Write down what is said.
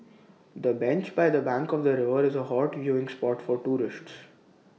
the bench by the bank of the river is A hot viewing spot for tourists